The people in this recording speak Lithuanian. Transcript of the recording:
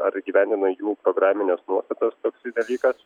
ar įgyvendina jų programines nuostatas toksai dalykas